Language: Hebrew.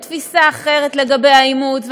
בתפיסה אחרת לגבי האימוץ,